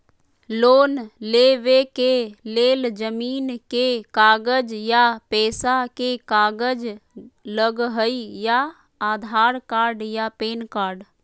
Loan लेवेके लेल जमीन के कागज या पेशा के कागज लगहई या आधार कार्ड या पेन कार्ड?